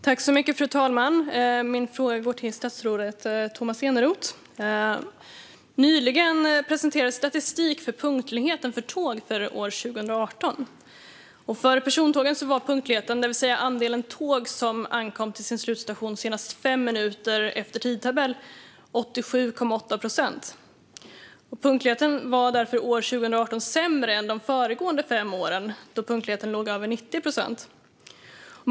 Fru talman! Min fråga går till statsrådet Tomas Eneroth. Nyligen presenterades statistik över punktligheten för tåg för år 2018. För persontågen var punktligheten, det vill säga andelen tåg som ankom till sin slutstation senast fem minuter efter tidtabell, 87,8 procent. Punktligheten 2018 var därför sämre än de föregående fem åren, då punktligheten låg på över 90 procent.